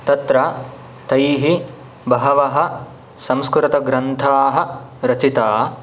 तत्र तैः बहवः संस्कृतग्रन्थाः रचिताः